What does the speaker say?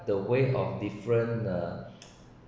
the way of different uh